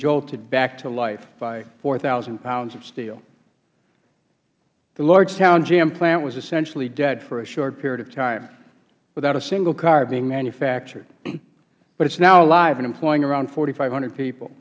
jolted back to life by four thousand pounds of steel the lordstown gm plant was essentially dead for a short period of time without a single car being manufactured but it's now alive and employing around four thousand five hundred people